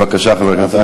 בבקשה, חבר הכנסת.